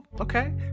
Okay